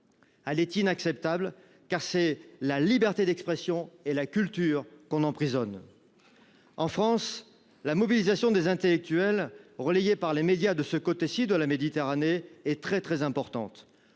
Elle est inacceptable, car c’est la liberté d’expression et la culture que l’on emprisonne. En France, la mobilisation des intellectuels, relayée par les médias de ce côté ci de la Méditerranée, est très importante.